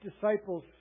disciples